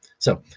so,